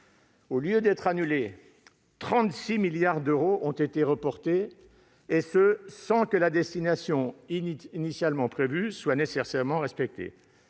Au lieu d'être annulés, 36 milliards d'euros de crédits ont été reportés, et cela sans que la destination initialement prévue soit nécessairement respectée.